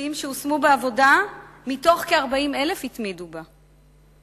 משתתפים שהושמו בעבודה, מתוך כ-40,000, התמידו בה.